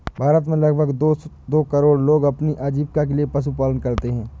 भारत में लगभग दो करोड़ लोग अपनी आजीविका के लिए पशुपालन करते है